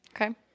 Okay